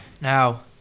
Now